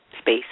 space